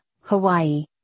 Hawaii